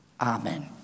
Amen